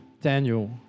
Daniel